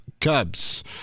Cubs